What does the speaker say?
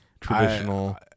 traditional